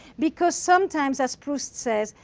because sometimes, as proust says,